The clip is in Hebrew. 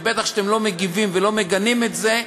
ובטח אם אתם לא מגיבים ולא מגנים את זה,